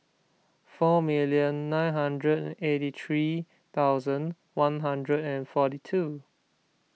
four million nine hundred and eighty three thousand one hundred and forty two